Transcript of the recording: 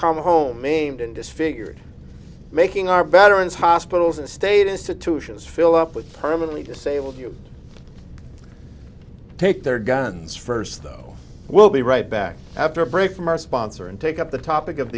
come home aimed and disfigured making our veterans hospitals and state institutions fill up with permanently disabled you take their guns first though we'll be right back after a break from our sponsor and take up the topic of